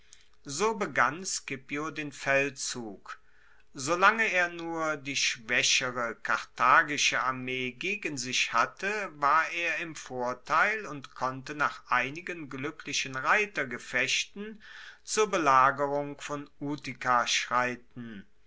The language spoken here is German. so begann scipio den feldzug solange er nur die schwaechere karthagische armee gegen sich hatte war er im vorteil und konnte nach einigen gluecklichen reitergefechten zur belagerung von utica schreiten